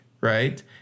Right